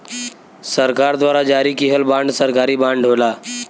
सरकार द्वारा जारी किहल बांड सरकारी बांड होला